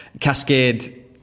Cascade